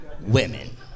women